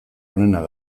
onenak